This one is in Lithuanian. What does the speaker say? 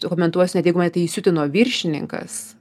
sukomentuos net jeigu mane tai įsiutino viršininkas